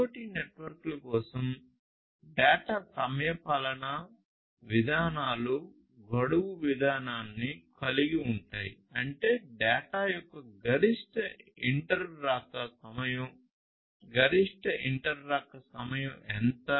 IoT నెట్వర్క్ల కోసం data సమయపాలన విధానాలు గడువు విధానాన్ని కలిగి ఉంటాయి అంటే డేటా యొక్క గరిష్ట ఇంటర్ రాక సమయం గరిష్ట ఇంటర్ రాక సమయం ఎంత